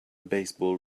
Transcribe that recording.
baseball